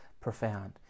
profound